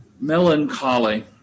Melancholy